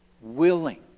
willing